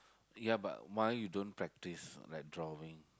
ya but why you don't practice like drawing